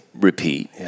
repeat